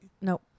Nope